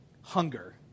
hunger